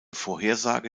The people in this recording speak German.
vorhersage